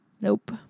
Nope